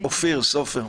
אני אופיר סופר.